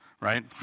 Right